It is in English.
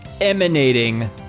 emanating